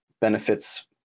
benefits